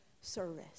service